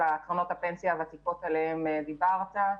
קרנות הפנסיה הוותיקות שעליהן דיברת.